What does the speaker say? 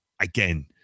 again